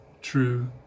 true